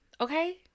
okay